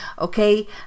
okay